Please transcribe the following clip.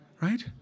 right